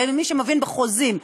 ומי שמבין בחוזים,